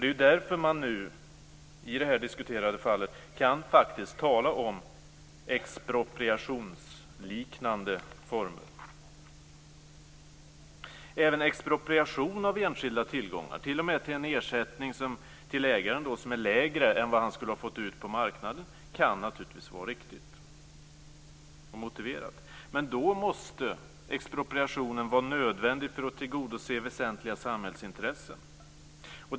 Det är därför som man nu i det här diskuterade fallet faktiskt kan tala om till en ersättning till ägaren som är lägre än vad han skulle ha fått ut på marknaden, kan naturligtvis vara riktigt och motiverat. Men då måste expropriationen vara nödvändig för att tillgodose väsentliga samhällsintressen.